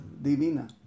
divina